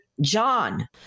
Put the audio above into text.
john